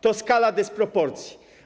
To skala dysproporcji.